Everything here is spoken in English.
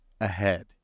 ahead